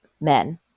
men